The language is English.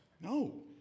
No